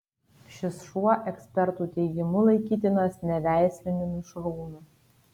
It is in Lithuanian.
šis šuo ekspertų teigimu laikytinas neveisliniu mišrūnu